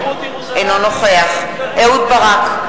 אינו נוכח אהוד ברק,